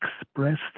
expressed